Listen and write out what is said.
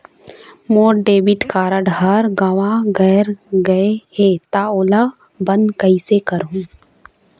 मोर debit card हर गंवा गैर गए हे त ओला बंद कइसे करहूं?